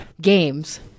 games